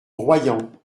royans